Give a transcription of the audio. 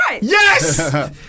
Yes